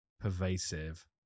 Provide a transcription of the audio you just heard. pervasive